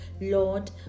Lord